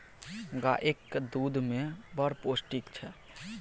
गाएक दुध मे बड़ पौष्टिक छै